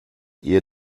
ihr